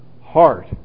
heart